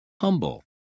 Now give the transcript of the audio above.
humble